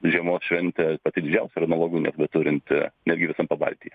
žiemos šventė pati didžiausia ir analogų nebeturinti netgi visam pabaltijy